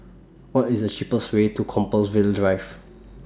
What IS The cheapest Way to Compassvale Drive